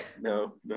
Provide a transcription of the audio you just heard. no